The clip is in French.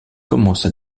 commence